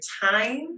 time